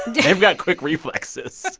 they've got quick reflexes